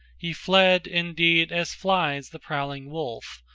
he fled, indeed, as flies the prowling wolf,